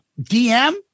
DM